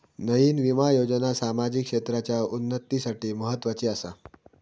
नयीन विमा योजना सामाजिक क्षेत्राच्या उन्नतीसाठी म्हत्वाची आसा